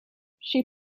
she